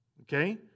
Okay